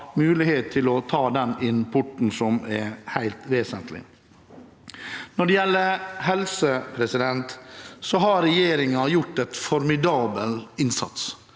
mulighet til å importere – det er helt vesentlig. Når det gjelder helse, har regjeringen gjort en formidabel innsats.